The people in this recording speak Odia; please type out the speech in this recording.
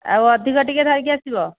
ଆଉ ଅଧିକ ଟିକିଏ ଧରିକି ଆସିବ